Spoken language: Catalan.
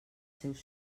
seus